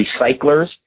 recyclers